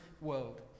world